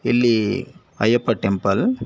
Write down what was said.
ಇಲ್ಲಿ ಅಯ್ಯಪ್ಪ ಟೆಂಪಲ್